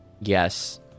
Yes